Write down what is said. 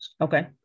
Okay